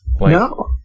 no